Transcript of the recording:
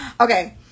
Okay